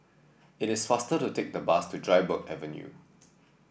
it is faster to take the bus to Dryburgh Avenue